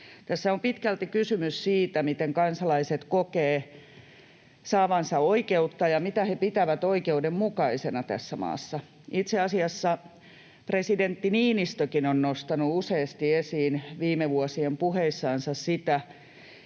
Tässä on pitkälti kysymys siitä, miten kansalaiset kokevat saavansa oikeutta ja mitä he pitävät oikeudenmukaisena tässä maassa. Itse asiassa presidentti Niinistökin on nostanut useasti esiin viime vuosien puheissansa sitä,